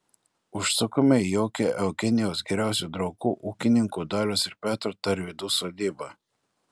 užsukome į jaukią eugenijaus geriausių draugų ūkininkų dalios ir petro tarvydų sodybą